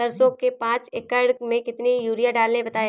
सरसो के पाँच एकड़ में कितनी यूरिया डालें बताएं?